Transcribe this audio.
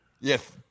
yes